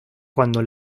cuando